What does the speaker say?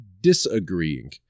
disagreeing